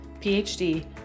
PhD